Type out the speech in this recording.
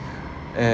and